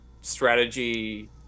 strategy